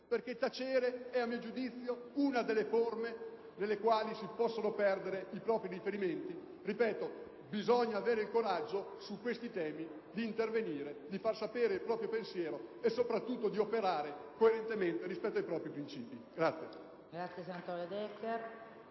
perché tacere a mio giudizio è una delle forme nelle quali si possono perdere i propri riferimenti. Ripeto, su questi temi bisogna avere il coraggio di intervenire, di far conoscere il proprio pensiero e, soprattutto, di operare coerentemente rispetto ai propri principi.